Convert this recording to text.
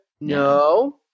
no